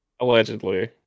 Allegedly